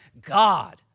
God